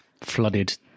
flooded